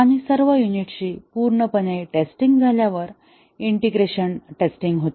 आणि सर्व युनिट्सची पूर्णपणे टेस्टिंग झाल्यावर इंटिग्रेशन टेस्टिंग होते